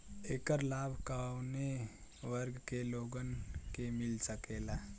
ऐकर लाभ काउने वर्ग के लोगन के मिल सकेला?